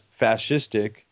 fascistic